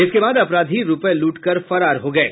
इसके बाद अपराधी रूपये लूट कर फरार हो गये